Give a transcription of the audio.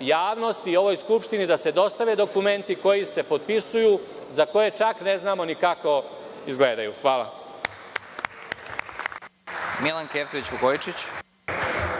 javnosti i Skupštini da se dostave dokumenti koji se potpisuju, za koje čak ne znamo ni kako izgledaju. Hvala.